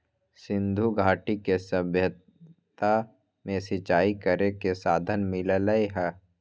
सिंधुघाटी के सभ्यता में सिंचाई करे के साधन मिललई ह